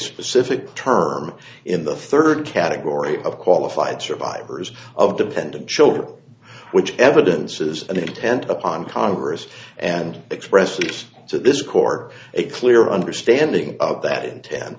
specific term in the third category of qualified survivors of dependent children which evidences an intent upon congress and expressly to this court a clear understanding of that inten